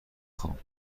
خوام